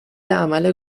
عمل